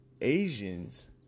Asians